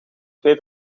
twee